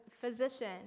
physician